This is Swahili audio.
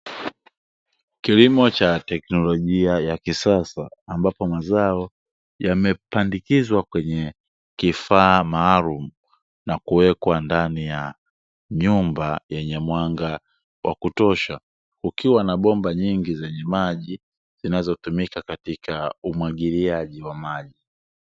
Kilimo cha teknolojia ya kisasa, ambapo mazao yamepandikizwa kwenye kifaa maalumu na kuwekwa ndani ya nyumba yenye mwanga wa kutosha, kukiwa na bomba nyingi zenye maji zinazotumika katika umwagiliaji wa maji.